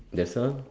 that's all